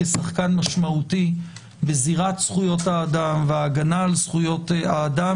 כשחקן משמעותי בזירת זכויות האדם וההגנה על זכויות האדם,